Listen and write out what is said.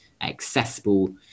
accessible